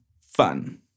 fun